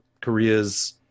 Korea's